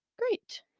Great